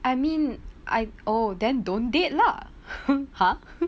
I mean I oh then don't date lah !huh!